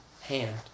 hand